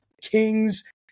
Kings